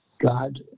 God